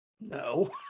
no